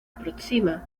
aproxima